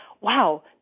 wow